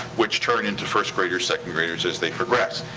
which turn into first-graders, second-graders as they progress.